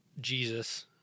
Jesus